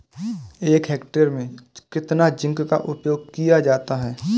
एक हेक्टेयर में कितना जिंक का उपयोग किया जाता है?